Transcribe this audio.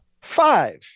Five